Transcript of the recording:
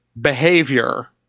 Behavior